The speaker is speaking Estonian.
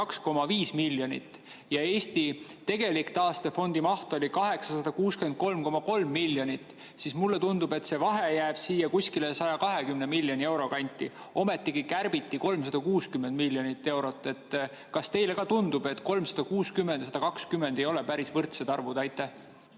982,5 miljonit ja Eesti tegelik taastefondi maht oli 863,3 miljonit, siis mulle tundub, et see vahe jääb kuskile 120 miljoni euro kanti. Ometi kärbiti 360 miljonit eurot. Kas teile ka tundub, et 360 ja 120 ei ole päris võrdsed arvud? Aitäh,